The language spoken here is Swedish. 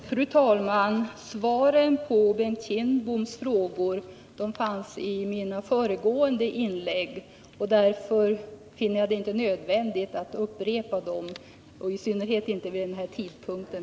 Fru talman! Svaren på Bengt Kindboms frågeställningar finns i mina föregående inlägg. Därför finner jag det inte nödvändigt att upprepa dem — i synnerhet inte vid den här tidpunkten.